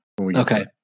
Okay